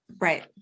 Right